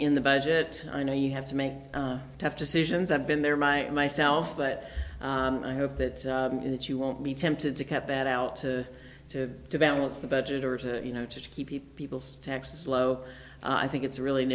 in the budget i know you have to make tough decisions have been there my myself but i hope that that you won't be tempted to cut that out to to balance the budget or you know to keep people's taxes low i think it's really an